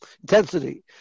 intensity